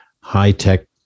high-tech